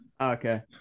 Okay